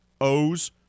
O's